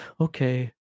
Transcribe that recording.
Okay